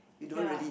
ya